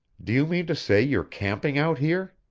do you mean to say you're camping out here?